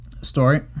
Story